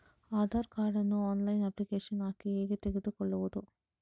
Aadhaar card ನ್ನು online application ಹಾಕಿ ಹೇಗೆ ತೆಗೆದುಕೊಳ್ಳುವುದು?